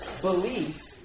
belief